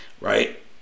right